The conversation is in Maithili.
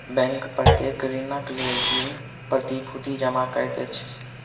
बैंक प्रत्येक ऋणक लेल ऋण प्रतिभूति जमा करैत अछि